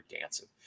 dancing